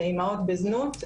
אימהות בזנות,